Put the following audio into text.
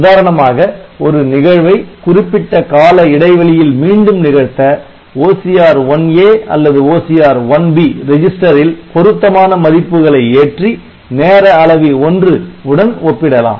உதாரணமாக ஒரு நிகழ்வை குறிப்பிட்ட கால இடைவெளியில் மீண்டும் நிகழ்த்த OCR1A அல்லது OCR1B ரெஜிஸ்டரில் பொருத்தமான மதிப்புகளை ஏற்றி நேர அளவி 1 உடன் ஒப்பிடலாம்